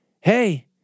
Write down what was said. hey